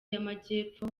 y’amajyepfo